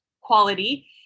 quality